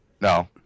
No